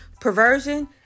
perversion